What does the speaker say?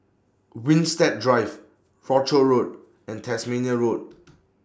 Winstedt Drive Rochor Road and Tasmania Road